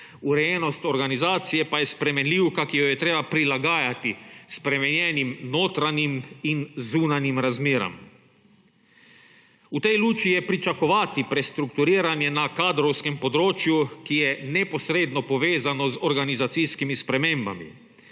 urejenost organizacije pa je spremenljivka, ki jo je treba prilagajati spremenjenim notranjim in zunanjim razmeram. V tej luči je pričakovati prestrukturiranje na kadrovskem področju, ki je neposredno povezano z organizacijskimi spremembami.